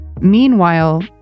Meanwhile